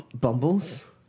Bumbles